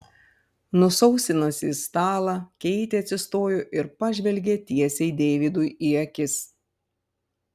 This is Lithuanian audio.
nusausinusi stalą keitė atsistojo ir pažvelgė tiesiai deividui į akis